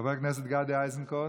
חבר הכנסת גדי איזנקוט,